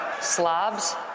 slobs